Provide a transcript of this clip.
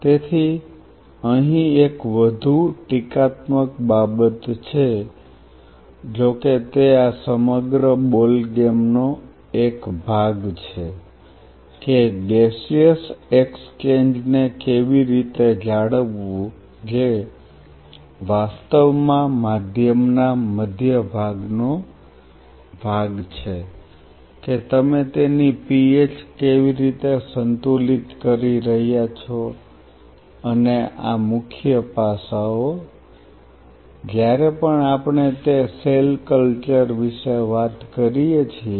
તેથી અહીં એક વધુ ટીકાત્મક બાબત છે જોકે તે આ સમગ્ર બોલગેમ નો એક ભાગ છે કે ગૅસિયસ એક્સચેન્જ ને કેવી રીતે જાળવવું જે વાસ્તવમાં માધ્યમના મધ્ય ભાગનો ભાગ છે કે તમે તેની પીએચ કેવી રીતે સંતુલિત કરી રહ્યા છો અને આ મુખ્ય પાસાઓ છે જ્યારે પણ આપણે તે સેલ કલ્ચર વિશે વાત કરીએ છીએ